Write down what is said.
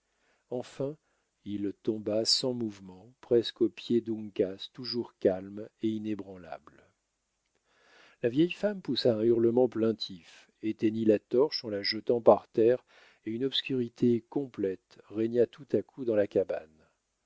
enfin il tomba sans mouvement presque aux pieds d'uncas toujours calme et inébranlable là vieille femme poussa un hurlement plaintif éteignit la torche en la jetant par terre et une obscurité complète régna tout à coup dans la cabane